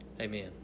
Amen